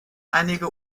einige